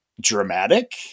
dramatic